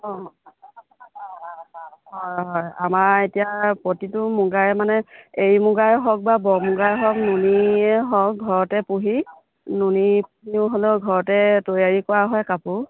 অঁ হয় হয় আমাৰ এতিয়া প্ৰতিটো মুগাৰে মানে এৰী মূগাই হওক বা বৰ মূগাই হওক নুনিয়েই হওক ঘৰতে পুহি নুনিখিনিও হ'লেও ঘৰতে তৈয়াৰী কৰা হয় কাপোৰ